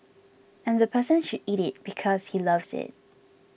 and the person should eat it because he loves it